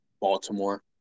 Baltimore